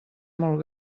molt